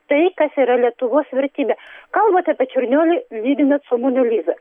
tai kas yra lietuvos vertybė kalbat apie čiurlionį lyginat su mona liza